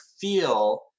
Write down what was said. feel